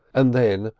and then,